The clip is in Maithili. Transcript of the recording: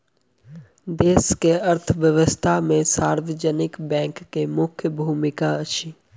देश के अर्थव्यवस्था में सार्वजनिक बैंक के मुख्य भूमिका अछि